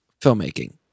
filmmaking